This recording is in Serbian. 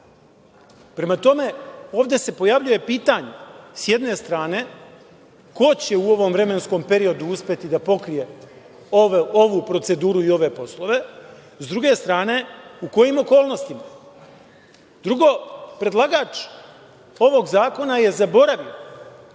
tome, ovde se pojavljuje pitanje sa jedne strane, ko će u ovom vremenskom periodu uspeti da pokrije ovu proceduru i ove poslove, sa druge strane u kojim okolnostima? Drugo, predlagač ovog zakona je zaboravio